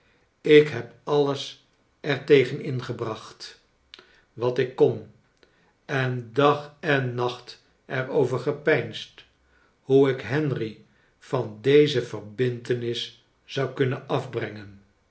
ik heb alles er tegen ingebracht wat ik kon en dag en nacht er over gepeinsd hoe ik henry van deze verbintenis zou kunnen afbrengen